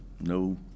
no